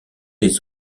les